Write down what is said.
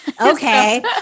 Okay